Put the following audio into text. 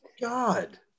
god